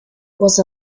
was